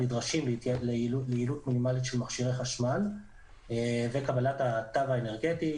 הנדרשים ליעילות מינימאלית של מכשירי חשמל וקבלת התו האנרגטי.